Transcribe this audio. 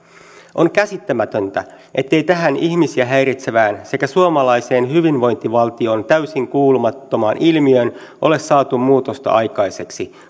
on käsittämätöntä ettei tähän ihmisiä häiritsevään sekä suomalaiseen hyvinvointivaltioon täysin kuulumattomaan ilmiöön ole saatu muutosta aikaiseksi